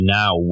now